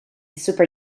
super